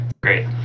great